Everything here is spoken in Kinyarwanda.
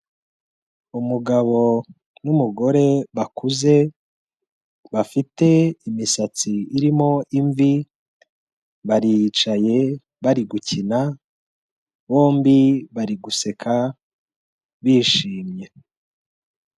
Umugabo n'umugore bakuze bafite imisatsi irimo imvi baricaye bari gukina, bombi bari guseka bishimye.